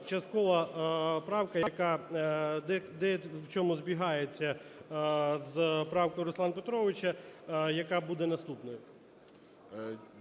частково правка, яка в дечому збігається з правкою Руслана Петровича, яка буде наступною.